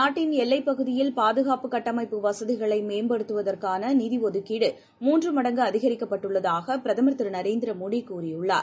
நாட்டின் எல்லைப் பகுதியில் பாதுகாப்பு கட்டமைப்பு வசதிகளைமேம்படுத்துவதற்கானநிதிஒதுக்கீடு மூன்றுமடங்குஅதிகரிக்கப்பட்டுள்ளதாகபிரதமா் திருநரேந்திரமோடிகூறியுள்ளார்